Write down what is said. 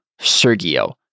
Sergio